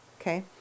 okay